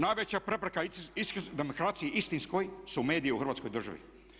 Najveća prepreka demokracijski istinskoj su mediji u Hrvatskoj državi.